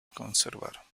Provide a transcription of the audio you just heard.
conservar